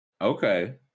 okay